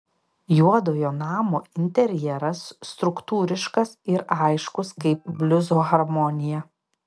juodojo namo interjeras struktūriškas ir aiškus kaip bliuzo harmonija